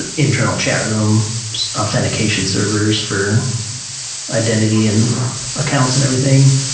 internal chat room authentication servers for identity and accounts and everything.